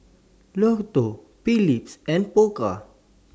Lotto Phillips and Pokka